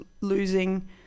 losing